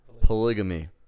Polygamy